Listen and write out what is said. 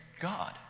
God